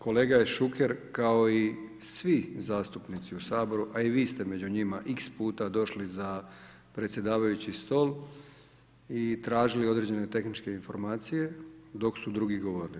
Kolega je Šuker kao i svi zastupnici u Saboru, a i vi ste među njima iks puta došli za predsjedavajući stol i tražili određene tehničke informacije dok su drugi govorili.